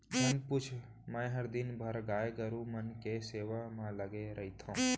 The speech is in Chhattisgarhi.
झन पूछ मैंहर दिन भर गाय गरू मन के सेवा म लगे रइथँव